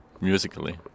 musically